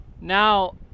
Now